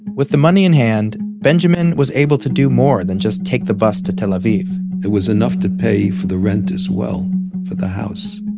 with the money in hand, benjamin was able to do more than just take the bus to tel aviv it was enough to pay for the rent as well for the house.